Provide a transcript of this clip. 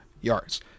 yards